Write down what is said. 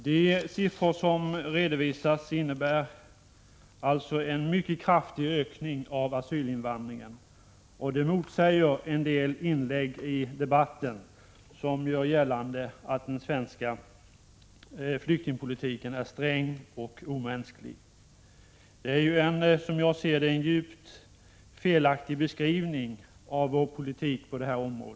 De siffror som redovisas innebär en mycket kraftig ökning av asylinvandringen, och det motsäger alltså en del inlägg i debatten, som gör gällande att den svenska flyktingpolitiken är sträng och omänsklig. Det är, som jag ser det, en — Prot. 1986/87:119 djupt felaktig beskrivning av vår politik på detta område.